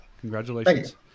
Congratulations